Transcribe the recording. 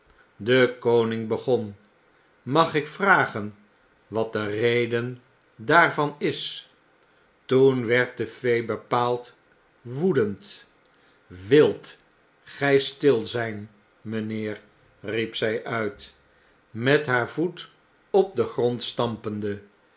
de koning begon mag ik vragen wat de reden daarvan is toen werd de fee bepaald woedend wilt gy stil zyn mijnheer riep zy uit met haar voet op den grond stampende